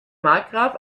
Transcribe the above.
markgraf